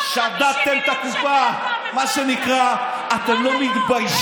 450 מיליון שקל, כל היום בכי ובכי.